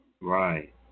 Right